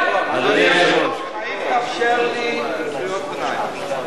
האם תאפשר לי קריאות ביניים?